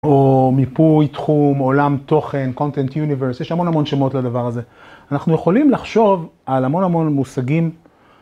או מיפוי תחום, עולם תוכן, content universe, יש המון המון שמות לדבר הזה. אנחנו יכולים לחשוב על המון המון מושגים.